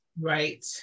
Right